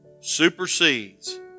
supersedes